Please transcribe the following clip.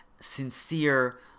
sincere